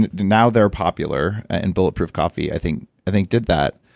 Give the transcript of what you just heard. now they're popular, and bulletproof coffee i think i think did that.